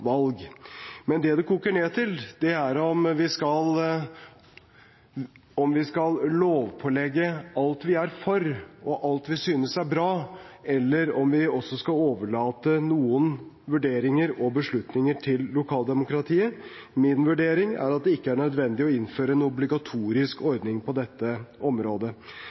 valg. Men det det koker ned til, er om vi skal lovpålegge alt vi er for, og alt vi synes er bra, eller om vi også skal overlate noen vurderinger og beslutninger til lokaldemokratiet. Min vurdering er at det ikke er nødvendig å innføre en obligatorisk ordning på dette området.